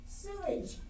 sewage